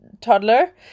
toddler